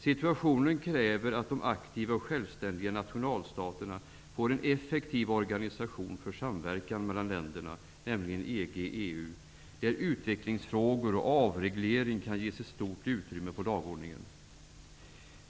Situationen kräver att de aktiva och självständiga nationalstaterna får en effektiv organisation för samverkan mellan länderna -- EG/EU -- där utvecklingsfrågor och avreglering kan ges ett stort utrymme på dagordningen.